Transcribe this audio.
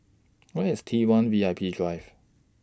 Where IS T one V I P Drive